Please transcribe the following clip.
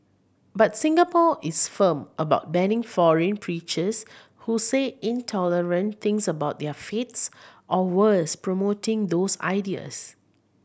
but Singapore is firm about banning foreign preachers who say intolerant things about their faiths or worse promoting those ideas